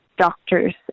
doctor's